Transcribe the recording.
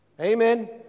Amen